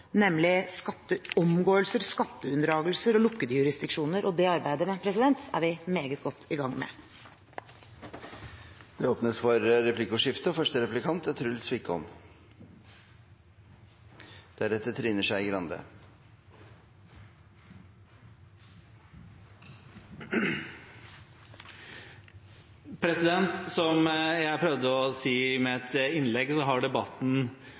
nemlig skatteomgåelser, skatteunndragelser og lukkede jurisdiksjoner. Og det arbeidet er vi meget godt i gang med. Det blir replikkordskifte. Som jeg prøvde å si i mitt innlegg, har debatten rundt dette temaet vært preget av enkelttilfeller som har